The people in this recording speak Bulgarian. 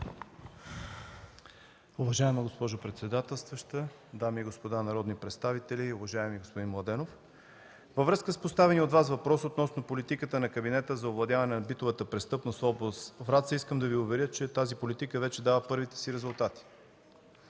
Уважаема госпожо председателстваща, дами и господа народни представители? Уважаеми господин Младенов, във връзка с поставения от Вас въпрос относно политиката на кабинета за овладяване на битовата престъпност в област Враца, искам да Ви уверя, че тази политика вече дава първите си резултати.